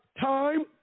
time